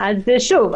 שוב,